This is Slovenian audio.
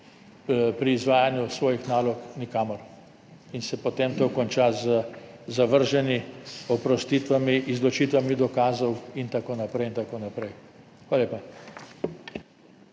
pri izvajanju svojih nalog nikamor in se potem to konča z zavrženimi, oprostitvami, izločitvami dokazov in tako naprej in tako naprej. Hvala lepa.